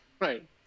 Right